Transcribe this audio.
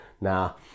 Now